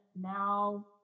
now